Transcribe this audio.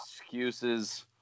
excuses